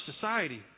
society